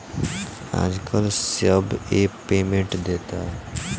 आजकल सब app payment देता